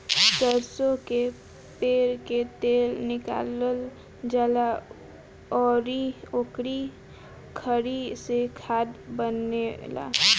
सरसो कअ पेर के तेल निकालल जाला अउरी ओकरी खरी से खाद बनेला